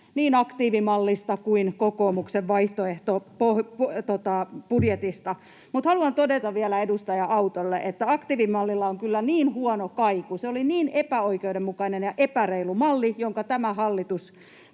niin aktiivimallista kuin kokoomuksen vaihtoehtobudjetista. Haluan todeta vielä edustaja Autolle, että aktiivimallilla on kyllä niin huono kaiku. Se oli niin epäoikeudenmukainen ja epäreilu malli, jonka tämä hallitus